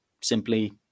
simply